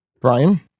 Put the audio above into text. Brian